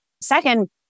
Second